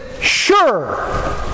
sure